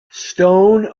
stone